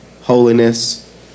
holiness